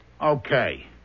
Okay